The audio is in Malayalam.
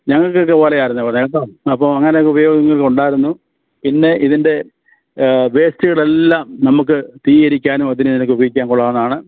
ഞങ്ങൾക്കൊക്കെ ഓല ആയിരുന്നു ഇവിടെ കേട്ടോ അപ്പോൾ അങ്ങനെയൊക്കെ ഉപയോഗങ്ങൾ ഉണ്ടായിരുന്നു പിന്നെ ഇതിൻ്റെ വേസ്റ്റുകളെല്ലാം നമുക്ക് തീ എരിക്കാനും അതിനും ഇതിനൊക്കെ ഉപയോഗിക്കാൻ കൊള്ളാവുന്നതാണ്